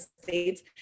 States